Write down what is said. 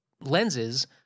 lenses